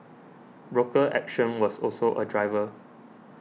broker action was also a driver